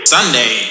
Sunday